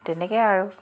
তেনেকৈয়ে আৰু